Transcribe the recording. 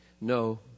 No